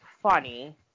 funny